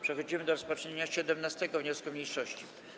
Przechodzimy do rozpatrzenia 17. wniosku mniejszości.